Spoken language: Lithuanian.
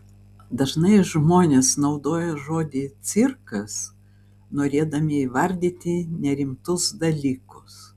dažnai žmonės naudoja žodį cirkas norėdami įvardyti nerimtus dalykus